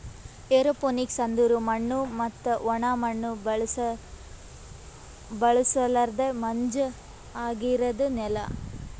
aeroponics ಅಂದುರ್ ಮಣ್ಣು ಮತ್ತ ಒಣ ಮಣ್ಣ ಬಳುಸಲರ್ದೆ ಮಂಜ ಆಗಿರದ್ ನೆಲ